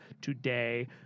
today